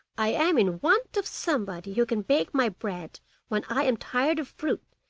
i am in want of somebody who can bake my bread when i am tired of fruit,